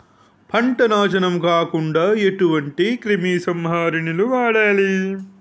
పంట నాశనం కాకుండా ఎటువంటి క్రిమి సంహారిణిలు వాడాలి?